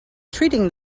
treating